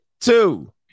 two